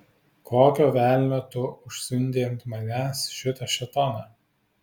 kokio velnio tu užsiundei ant manęs šitą šėtoną